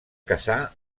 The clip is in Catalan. casà